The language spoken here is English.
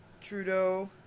Trudeau